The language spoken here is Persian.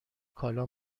کالا